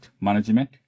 management